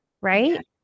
right